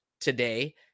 today